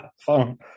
phone